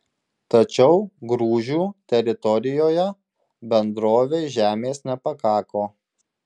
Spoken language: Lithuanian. tačiau grūžių teritorijoje bendrovei žemės nepakako